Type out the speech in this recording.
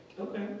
Okay